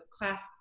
class